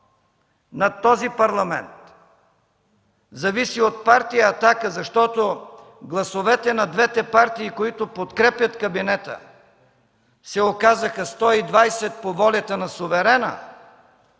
на този Парламент зависи от Партия „Атака”, защото гласовете на двете партии, които подкрепят кабинета, се оказаха 120 по волята на суверена,